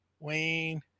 Wayne